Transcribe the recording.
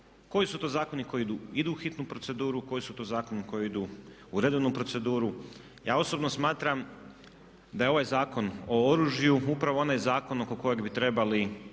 koji su to zakoni koji idu u hitnu proceduru, koji su to zakoni koji idu u redovnu proceduru. Ja osobno smatram da je ovaj Zakon o oružju upravo onaj zakon oko kojeg bi trebali